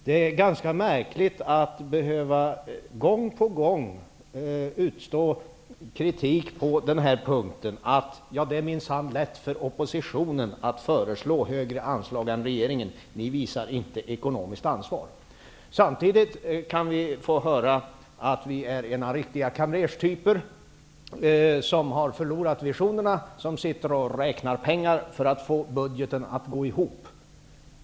Det är ganska märkligt att gång på gång behöva utstå kritik som går ut på att det minsann är lätt för oppositionen att föreslå högre anslag än regeringen och att vi inte visar ekonomiskt ansvar. Samtidigt kan vi få höra att vi är ena riktiga kamrerstyper, som har förlorat visionerna och som sitter och räknar pengar för att få budgeten att gå ihop.